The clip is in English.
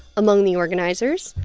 among the organizers,